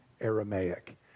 Aramaic